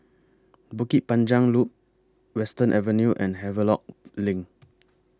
Bukit Panjang Loop Western Avenue and Havelock LINK